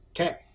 okay